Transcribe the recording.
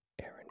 Aaron